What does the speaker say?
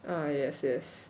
err yes yes